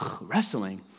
wrestling